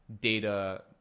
data